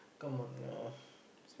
come on lah